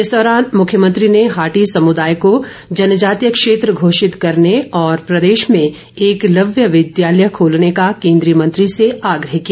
इस दौरान मुख्यमंत्री ने हाटी समुदाय को जनजातीय क्षेत्र घोषित करने और प्रदेश में एकलव्य विद्यालय खोलने का केन्द्रीय मंत्री से आग्रह किया